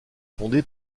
fondé